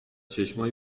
چشمای